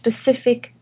specific